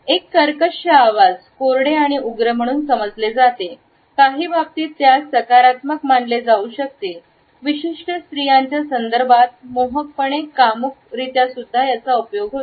एक कर्कश आवाज कोरडे आणि उग्र म्हणून समजले जाते काही बाबतींत त्यास सकारात्मक मानले जाऊ शकते विशिष्ट स्त्रियांच्या संदर्भात मोहकपणे कामुक होते